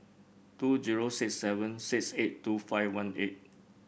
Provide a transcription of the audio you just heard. two zero six seven six eight two five one eight